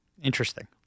Interesting